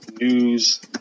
news